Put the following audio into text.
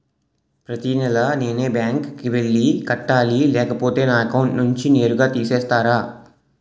ప్రతి నెల నేనే బ్యాంక్ కి వెళ్లి కట్టాలి లేకపోతే నా అకౌంట్ నుంచి నేరుగా తీసేస్తర?